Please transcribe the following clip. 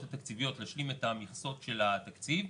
התקציביות להשלים את המכסות של התקציב,